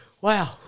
Wow